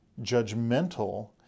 judgmental